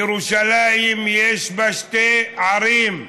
ירושלים, יש בה שתי ערים: